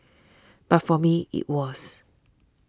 but for me it was